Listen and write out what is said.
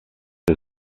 the